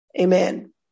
amen